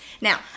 Now